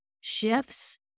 shifts